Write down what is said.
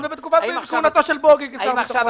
ובתקופת בוגי כשר ביטחון.